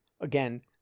again